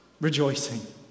rejoicing